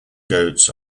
goats